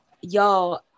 y'all